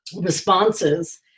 responses